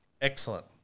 Excellent